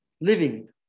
living